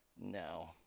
No